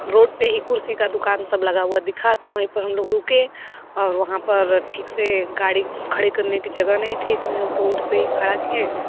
तो रोड पे ही कुर्सी का दुकान सब लगा हुआ दिखा तो वहीं पे हम लोग रुके और वहाँ पर ठीक से गाड़ी खड़ी करने की जगह नहीं थी तो हम लोग रोड पे ही खड़ा किये